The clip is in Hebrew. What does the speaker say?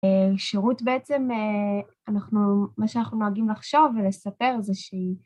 שרות בעצם, מה שאנחנו נוהגים לחשוב ולספר זה שהיא...